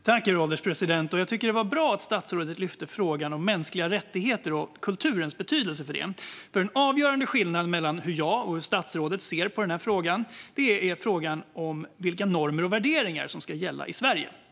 Herr ålderspresident! Jag tycker att det var bra att statsrådet lyfte upp frågan om mänskliga rättigheter och kulturens betydelse där. En avgörande skillnad i hur jag och statsrådet ser på denna fråga gäller vilka normer och värderingar som ska gälla i Sverige.